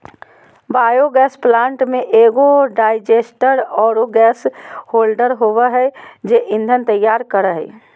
biogas plant में एगो digester आरो गैस होल्डर होबा है जे ईंधन तैयार करा हइ